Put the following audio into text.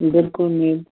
بِلکُل میلہِ